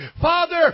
father